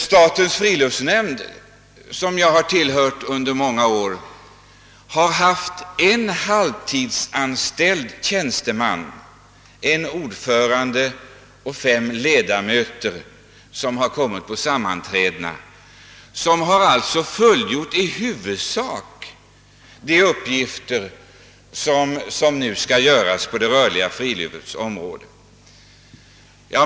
Statens friluftsnämnd, som jag har tillhört under många år, har haft en halvtidsanställd tjänsteman, en ordförande och fem ledamöter, vilka alltså i huvudsak fullgjort de uppgifter som nu skall utföras inom det rörliga friluftslivets område.